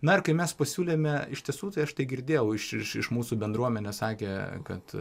na ir kai mes pasiūlėme iš tiesų tai aš tai girdėjau iš iš iš mūsų bendruomenės sakė kad